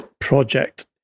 project